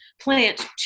plant